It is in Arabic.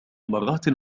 مرات